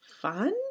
fun